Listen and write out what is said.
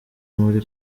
muri